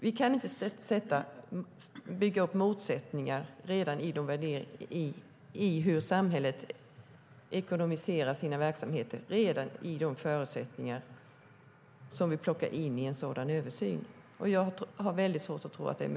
Det finns motsättningar redan när det gäller hur samhället finansierar sina verksamheter, och jag har väldigt svårt att tro att det är möjligt med en gemensam översyn med de förutsättningarna.